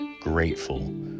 grateful